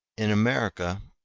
in america,